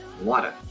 Water